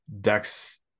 Dex